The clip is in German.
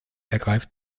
ergreift